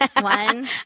one